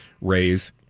raise